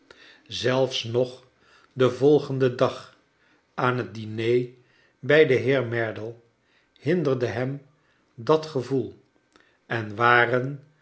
zelfs nog den volgenden dag aan het diner bij den heer merdle hinderde hem dat gevoel en waren